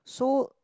so